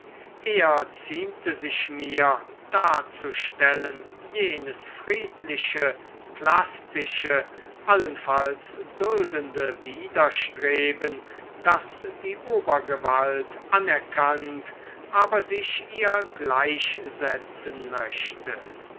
eher ziemte sich mir darzustellen jenes friedliche plastische allenfalls duldende widerstreben das die obergewalt anerkannt aber sich ihr gleichsetzen möchte